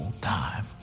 time